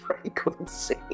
frequency